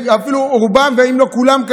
אפילו רובם אם לא כולם,